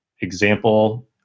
example